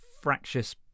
fractious